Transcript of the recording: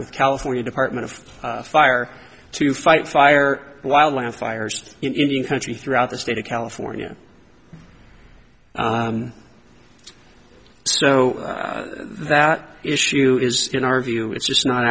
with california department of fire to fight fire wild land fires in indian country throughout the state of california so that issue is in our view it's just not